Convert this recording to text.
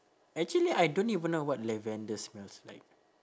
actually I don't even know what lavender smells like